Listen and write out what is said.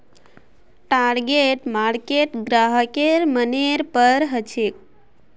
target market ग्राहकेर मनेर पर हछेक